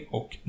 och